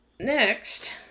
Next